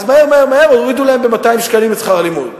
אז מהר-מהר הורידו להם ב-200 שקלים את שכר הלימוד.